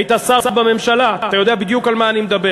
היית שר בממשלה, אתה יודע בדיוק על מה אני מדבר.